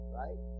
right